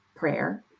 prayer